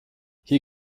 hier